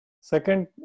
Second